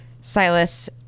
Silas